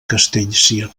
castellcir